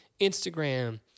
Instagram